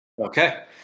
Okay